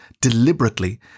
deliberately